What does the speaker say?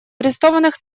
арестованных